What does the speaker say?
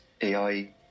AI